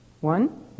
One